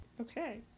okay